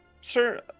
Sir